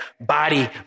body